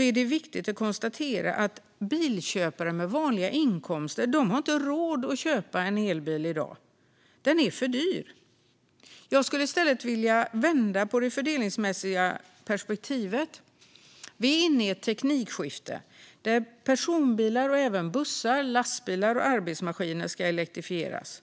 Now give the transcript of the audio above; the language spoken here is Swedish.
är det viktigt att konstatera att bilköpare med vanliga inkomster inte har råd att köpa en elbil i dag. Den är för dyr. Jag skulle i stället vilja vända på det fördelningsmässiga perspektivet. Vi är inne i ett teknikskifte där personbilar och även bussar, lastbilar och arbetsmaskiner ska elektrifieras.